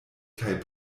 kaj